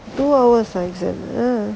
two hours ah exam